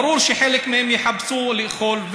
ברור שפתאום שחלק מהם יחפשו לאכול,